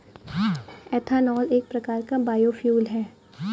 ethanol एक प्रकार का बायोफ्यूल है